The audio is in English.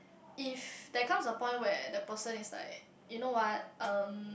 if there comes a point where the person is like you know what um